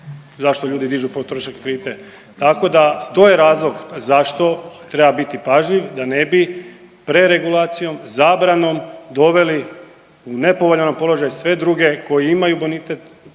zašto ljudi dižu potrošačke kredite, tako da, to je razlog zašto treba biti pažljiv, da ne bi preregulacijom, zabranom, doveli u nepovoljni položaj sve druge koji imaju bonitet,